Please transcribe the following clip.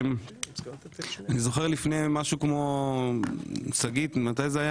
אני זוכר משהו כמו לפני 10